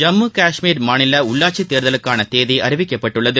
ஜம்முகாஷ்மீர்மாநிலஉள்ளாட்சித்தேர்தலுக்கானதேதிஅறிவிக்கப்பட்டுள்ளது